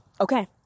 okay